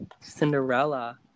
cinderella